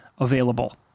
available